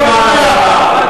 חבר הכנסת עפו אגבאריה.